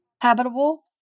Habitable